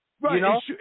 Right